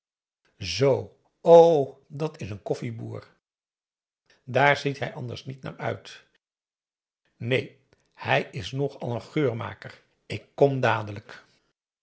o dat is n koffieboer dààr ziet hij anders niet naar uit neen hij is nogal n geurmaker ik kom dadelijk